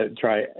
try